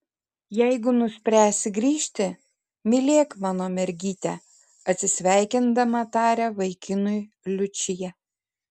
jeigu nuspręsi grįžti mylėk mano mergytę atsisveikindama taria vaikinui liučija